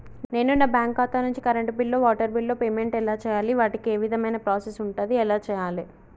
నేను నా బ్యాంకు ఖాతా నుంచి కరెంట్ బిల్లో వాటర్ బిల్లో పేమెంట్ ఎలా చేయాలి? వాటికి ఏ విధమైన ప్రాసెస్ ఉంటది? ఎలా చేయాలే?